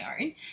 own